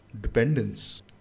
dependence